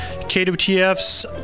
KWTF's